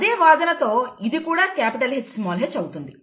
అదే వాదనతో ఇది కూడా Hh అవుతుంది